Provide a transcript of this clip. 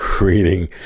reading